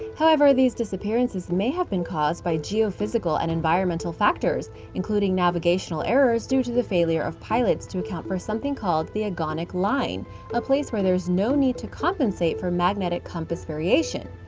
however, these disappearances may have been caused by geophysical and environmental factors, including navigational errors due to the failure of pilots to account for something called the agonic line a place where there's no need to compensate for magnetic compass variation.